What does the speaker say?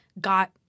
got